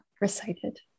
recited